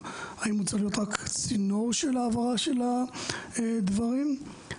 האם הוא צריך להיות רק צינור של העברה של הדברים לכל